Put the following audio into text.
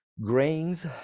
grains